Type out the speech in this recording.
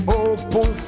open